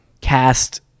cast